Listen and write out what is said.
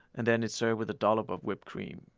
and then it's served with a dollop of whipped cream.